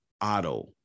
auto